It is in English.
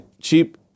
cheap